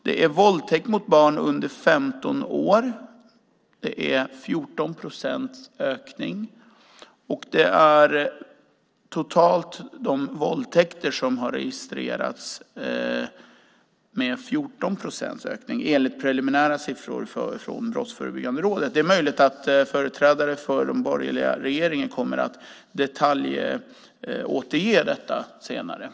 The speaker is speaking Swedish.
Det gäller våldtäkt mot barn under 15 år som har ökat med 14 procent. Totalt har de våldtäkter som har registrerats ökat med 14 procent enligt preliminära siffror från Brottsförebyggande rådet. Det är möjligt att företrädare för den borgerliga regeringen kommer att detaljåterge detta senare.